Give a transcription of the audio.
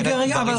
רגע רגע,